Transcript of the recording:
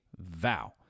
vow